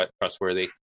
trustworthy